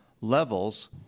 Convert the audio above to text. levels